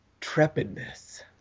trepidness